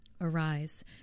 Arise